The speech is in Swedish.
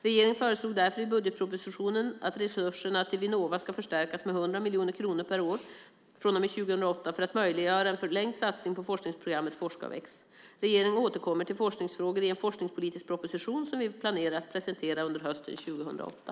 Regeringen föreslog därför i budgetpropositionen att resurserna till Vinnova ska förstärkas med 100 miljoner kronor per år från och med 2008 för att möjliggöra en förlängd satsning på forskningsprogrammet Forska och väx. Regeringen återkommer till forskningsfrågor i en forskningspolitisk proposition som vi planerar att presentera under hösten 2008.